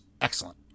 excellent